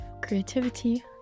creativity